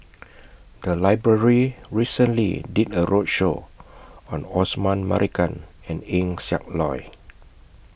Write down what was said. The Library recently did A roadshow on Osman Merican and Eng Siak Loy